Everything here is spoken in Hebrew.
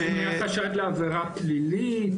האם יש חשד לעבירה פלילית?